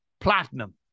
platinum